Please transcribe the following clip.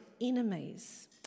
enemies